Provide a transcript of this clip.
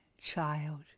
child